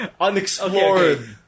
Unexplored